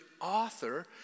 author